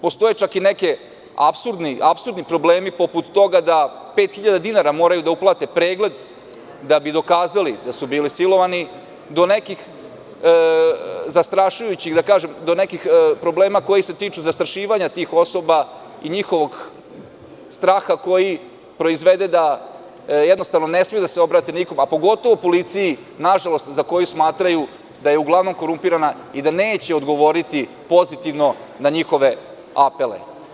Postoje čak i neki apsurdni problemi, poput toga da 5.000 dinara moraju da uplate pregled da bi dokazali da su bili silovani do nekih problema koji se tiču zastrašivanja tih osoba i njihovog straha koji proizvede da jednostavno ne smeju da se obrate nikom, a pogotovo policiji, nažalost, za koju smatraju da je uglavnom korumpirana i da neće odgovoriti pozitivno na njihove apele.